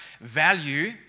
value